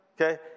Okay